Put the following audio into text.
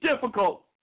difficult